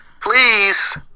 Please